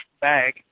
bag